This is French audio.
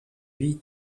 vie